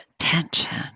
attention